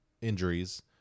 injuries